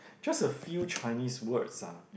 just a few Chinese words ah